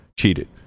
cheated